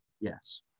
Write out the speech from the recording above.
yes